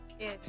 yes